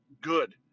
good